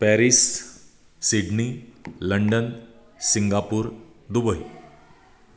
Paris Sydney London Singapore Dubai